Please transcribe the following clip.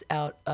out